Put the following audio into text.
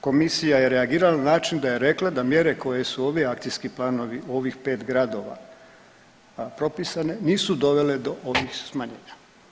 Komisija je reagirala na način da je rekla da mjere koje su ovi akcijski planovi u ovih 5 gradova propisane nisu dovele do ovih smanjenja.